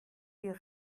wir